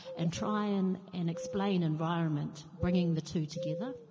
and try and, and explain environment, bringing the two together.